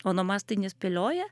onomastai nespėlioja